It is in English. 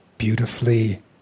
Beautifully